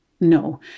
no